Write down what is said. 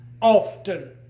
often